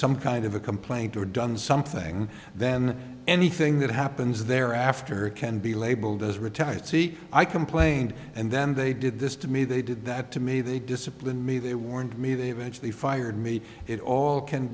some kind of a complaint or done something then anything that happens there after can be labeled as retired see i complained and then they did this to me they did that to me they disciplined me they warned me they eventually fired me it all can